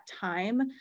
time